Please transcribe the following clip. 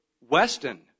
Weston